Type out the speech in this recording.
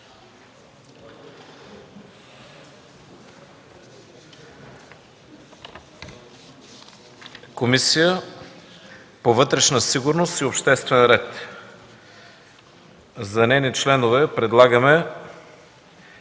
Комисия по вътрешна сигурност и обществен ред. За нейни членове предлагаме: